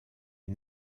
est